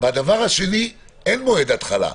בדבר השני, אין מועד התחלה.